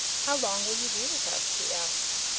how long will you be with us? he asked.